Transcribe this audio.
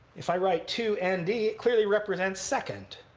if i write two n d, it clearly represents second.